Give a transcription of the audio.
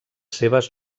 seves